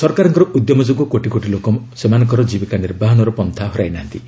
ସରକାରଙ୍କର ଉଦ୍ୟମ ଯୋଗୁଁ କୋଟି କୋଟି ଲୋକ ସେମାନଙ୍କର ଜୀବିକା ନିର୍ବାହନର ପନ୍ଥା ହରାଇ ନାହାନ୍ତି